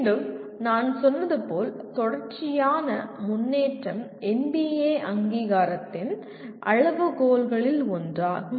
மீண்டும் நான் சொன்னது போல் தொடர்ச்சியான முன்னேற்றம் NBA அங்கீகாரத்தின் அளவுகோல்களில் ஒன்றாகும்